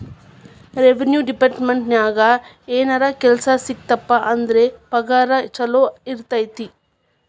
revenue ಡೆಪಾರ್ಟ್ಮೆಂಟ್ನ್ಯಾಗ ಏನರ ಕೆಲ್ಸ ಸಿಕ್ತಪ ಅಂದ್ರ ಪಗಾರ ಚೊಲೋ ಇರತೈತಿ